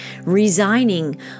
resigning